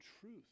truth